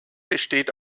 besteht